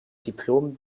diplom